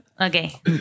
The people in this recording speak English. Okay